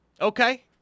Okay